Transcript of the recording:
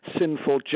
sinful